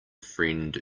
friend